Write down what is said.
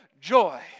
joy